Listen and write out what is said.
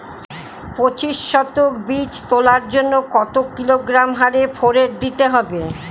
পঁচিশ শতক বীজ তলার জন্য কত কিলোগ্রাম হারে ফোরেট দিতে হবে?